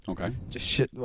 Okay